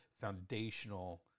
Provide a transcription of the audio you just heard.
foundational